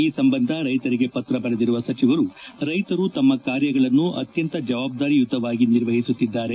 ಈ ಸಂಬಂಧ ಕೈತರಿಗೆ ಪತ್ರ ಬರೆದಿರುವ ಸಚಿವರು ಕೈತರು ತಮ್ಮ ಕಾರ್ಯಗಳನ್ನು ಅತ್ಯಂತ ಜವಾಬ್ದಾರಿಯುತವಾಗಿ ನಿರ್ವಹಿಸುತ್ತಿದ್ದಾರೆ